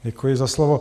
Děkuji za slovo.